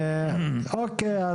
אוקיי,